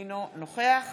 אינו נוכח